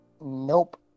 Nope